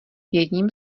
jedním